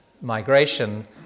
migration